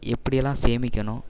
எப்படியெல்லாம் சேமிக்கணும்